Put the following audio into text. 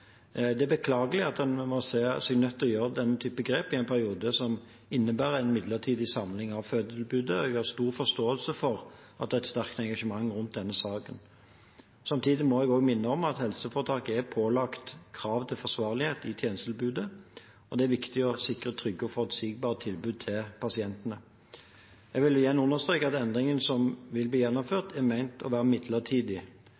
Det er beklagelig at man nå ser seg nødt til å gjøre denne type grep i en periode som innebærer en midlertidig samling av fødetilbudet, og jeg har stor forståelse for at det er et sterkt engasjement rundt denne saken. Samtidig må jeg minne om at helseforetaket er pålagt krav til forsvarlighet i tjenestetilbudet, og det er viktig å sikre trygge og forutsigbare tilbud til pasientene. Jeg vil igjen understreke at endringen som vil bli